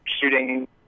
shooting